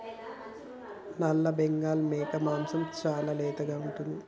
నల్లబెంగాల్ మేక మాంసం చాలా లేతగా ఉంటుంది